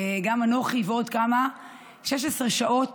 גם אנוכי ועוד כמה, 16 שעות